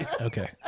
Okay